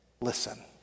listen